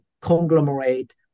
conglomerate